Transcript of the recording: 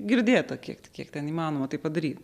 girdėta kiek kiek ten įmanoma tai padaryt